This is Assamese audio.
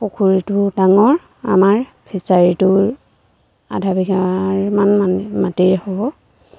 পুখুৰীটো ডাঙৰ আমাৰ ফিচাৰীটোৰ আধা বিঘাৰমান মানে মাটিয়ে হ'ব